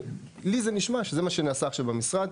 לי זה נשמע שזה מה שנעשה עכשיו במשרד.